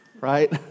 right